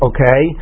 Okay